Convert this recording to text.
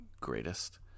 greatest